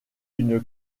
une